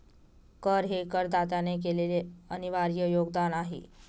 कर हे करदात्याने केलेले अनिर्वाय योगदान आहे